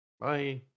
bye